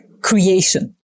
creation